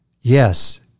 yes